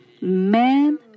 Men